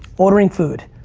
ordering food,